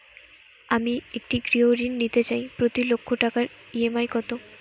আমি একটি গৃহঋণ নিতে চাই প্রতি লক্ষ টাকার ই.এম.আই কত?